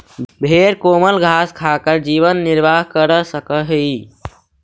भेंड कोमल घास खाकर जीवन निर्वाह कर सकअ हई